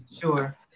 Sure